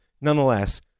Nonetheless